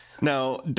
Now